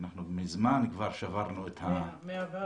אנחנו מזמן כבר שברנו --- 104,